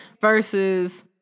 versus